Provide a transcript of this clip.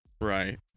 Right